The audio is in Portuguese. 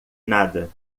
nada